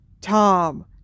Tom